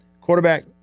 Quarterback